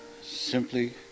simply